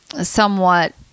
somewhat